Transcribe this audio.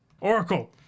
Oracle